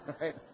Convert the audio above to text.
Right